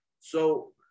So-